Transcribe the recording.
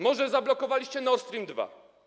Może zablokowaliście Nord Stream 2?